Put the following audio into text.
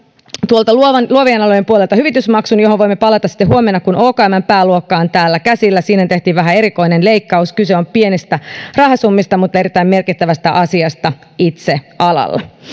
tuolta luovien luovien alojen puolelta hyvitysmaksun johon voimme palata sitten huomenna kun okmn pääluokka on täällä käsillä siinä tehtiin vähän erikoinen leikkaus kyse on pienistä rahasummista mutta erittäin merkittävästä asiasta itse alalle